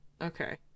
okay